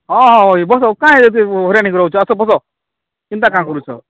ହଁ ହଁ ଏ ବସ କାଇଁ ଯଦି ହଇରାଣ୍ ହେଇକରି ରହୁଛ ଆସ ବସ ଚିନ୍ତା କାଁ କରୁଛ